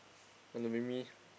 want to make me